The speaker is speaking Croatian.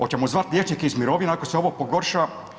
Oćemo zvat liječnike iz mirovine ako se ovo pogorša?